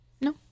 No